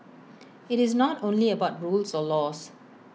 IT is not only about rules or laws